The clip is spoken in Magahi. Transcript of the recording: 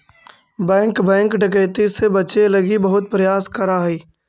बैंक बैंक डकैती से बचे लगी बहुत प्रयास करऽ हइ